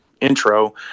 intro